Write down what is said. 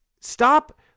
stop